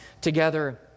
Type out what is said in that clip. together